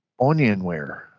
Onionware